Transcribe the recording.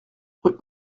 rue